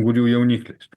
ungurių jaunikliais